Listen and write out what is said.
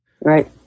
Right